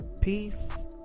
Peace